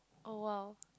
oh !wow!